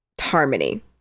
harmony